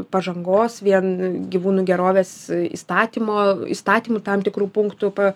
pažangos vien gyvūnų gerovės į įstatymo įstatymų tam tikrų punktų pa